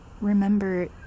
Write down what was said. remember